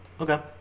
Okay